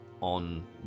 on